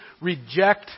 reject